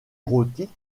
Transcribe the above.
entretient